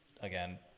again